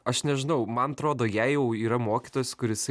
aš nežinau man atrodo jei jau yra mokytojas kuris